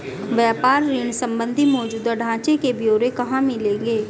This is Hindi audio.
व्यापार ऋण संबंधी मौजूदा ढांचे के ब्यौरे कहाँ मिलेंगे?